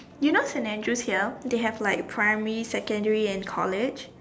you know Saint Andrew's here they have like primary secondary and college